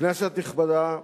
כנסת נכבדה,